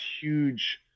huge